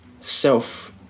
self